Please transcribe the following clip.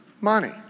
money